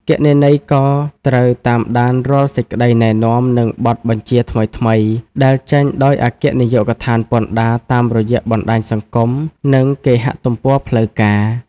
គណនេយ្យករត្រូវតាមដានរាល់សេចក្តីណែនាំ និងបទបញ្ជាថ្មីៗដែលចេញដោយអគ្គនាយកដ្ឋានពន្ធដារតាមរយៈបណ្តាញសង្គម និងគេហទំព័រផ្លូវការ។